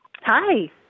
Hi